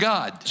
God